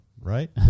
Right